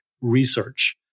research